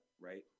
right